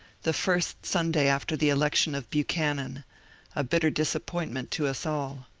the first sunday after the election of buchanan a bitter disappointment to us all.